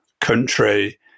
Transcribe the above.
country